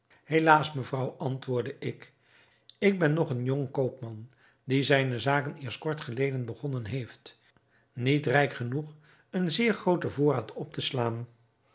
helaas mevrouw antwoordde ik ik ben een nog jong koopman die zijne zaken eerst kort geleden begonnen heeft niet rijk genoeg een zeer grooten voorraad op te slaan